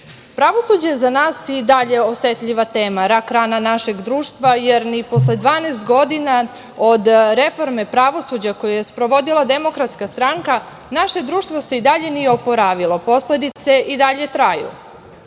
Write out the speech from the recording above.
sistem. Pravosuđe je za nas i dalje osetljiva tema, rak rana našeg društva, jer ni posle 12 godina od reforme pravosuđa koju je sprovodila DS naše društvo se i dalje nije oporavilo, posledice i dalje traju.